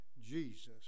Jesus